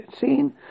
seen